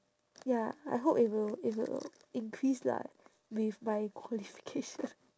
ya I hope it will it will increase lah with my qualification